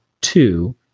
Two